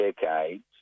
decades